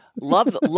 Love